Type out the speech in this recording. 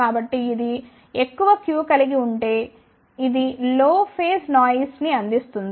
కాబట్టి ఇది ఎక్కువ Q కలిగి ఉంటే ఇది లో ఫేస్ నాయిస్ ని అందిస్తుంది